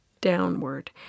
downward